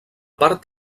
part